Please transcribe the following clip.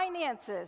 finances